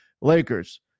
Lakers